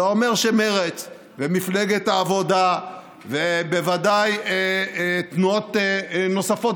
זה אומר שמרצ ומפלגת העבודה ובוודאי תנועות נוספות